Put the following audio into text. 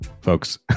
folks